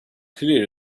clear